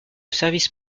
service